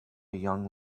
young